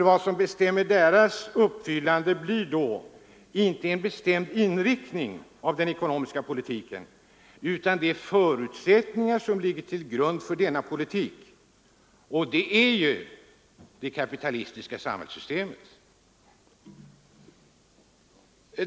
Vad som bestämmer deras uppfyllande blir då inte en bestämd inriktning av den ekonomiska politiken utan de förutsättningar som ligger till grund för denna politik. Och det är det kapitalistiska sam hällssystemet.